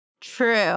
True